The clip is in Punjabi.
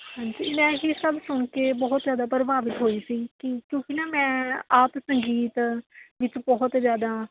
ਹਾਂਜੀ ਮੈਂ ਇਹ ਸਭ ਸੁਣ ਕੇ ਬਹੁਤ ਜ਼ਿਆਦਾ ਪ੍ਰਭਾਵਿਤ ਹੋਈ ਸੀ ਕੀ ਕਿਉਂਕਿ ਨਾ ਮੈਂ ਆਪ ਸੰਗੀਤ ਵਿੱਚ ਬਹੁਤ ਜ਼ਿਆਦਾ